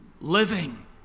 Living